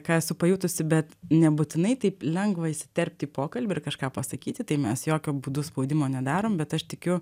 ką esu pajutusi bet nebūtinai taip lengva įsiterpti į pokalbį ir kažką pasakyti tai mes jokiu būdu spaudimo nedarom bet aš tikiu